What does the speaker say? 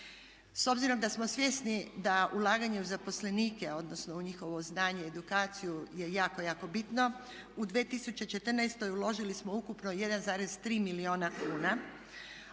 S obzirom da smo svjesni da ulaganje u zaposlenike odnosno u njihovo znanje, edukaciju je jako bitno u 2014. uložili smo ukupno 1,3 milijuna kuna